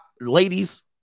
ladies